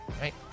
right